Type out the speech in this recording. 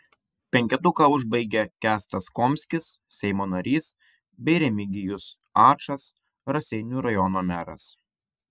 penketuką užbaigia kęstas komskis seimo narys bei remigijus ačas raseinių rajono meras